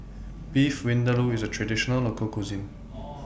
Beef Vindaloo IS A Traditional Local Cuisine